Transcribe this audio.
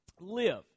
live